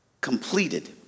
completed